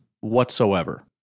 whatsoever